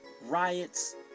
riots